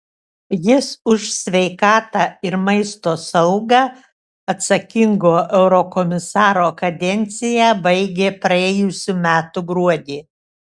jis už sveikatą ir maisto saugą atsakingo eurokomisaro kadenciją baigė praėjusių metų gruodį